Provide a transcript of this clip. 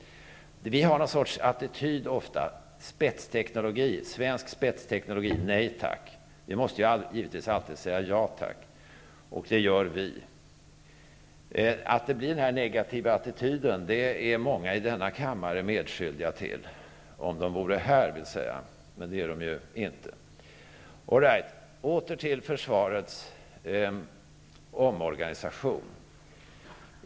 Vi i Sverige har ofta någon sorts attityd -- svensk spetsteknologi, nej tack. Vi måste givetvis alltid säga ja tack, och det gör vi i Ny demokrati. Att denna negativa attityd uppstår, är många i denna kammare medskyldiga till -- om de vore här, vill säga, med det är de ju inte.